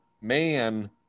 man